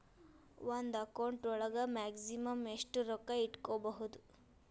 ಒಂದು ಅಕೌಂಟ್ ಒಳಗ ಮ್ಯಾಕ್ಸಿಮಮ್ ಎಷ್ಟು ರೊಕ್ಕ ಇಟ್ಕೋಬಹುದು?